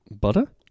Butter